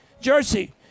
Jersey